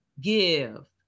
give